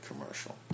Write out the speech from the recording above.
commercial